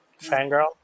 Fangirl